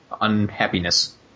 unhappiness